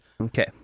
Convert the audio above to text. Okay